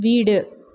வீடு